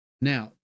Now